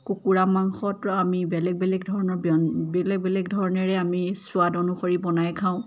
কুকুৰা মাংসত আমি বেলেগ বেলেগ ধৰণৰ বেলেগ বেলেগ ধৰণেৰে আমি স্ৱাদ অনুসৰি বনাই খাওঁ